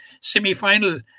semi-final